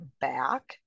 back